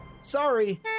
Sorry